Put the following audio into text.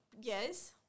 Yes